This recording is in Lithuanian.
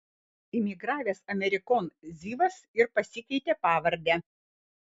imigravęs amerikon zivas ir pasikeitė pavardę